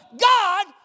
God